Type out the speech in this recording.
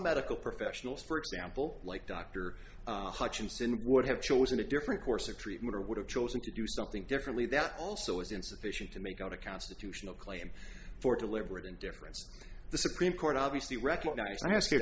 medical professionals for example like dr hutchinson would have chosen a different course of treatment or would have chosen to do something differently that also is insufficient to make out a constitutional claim for deliberate indifference the supreme court obviously recognized and ask